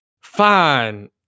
fine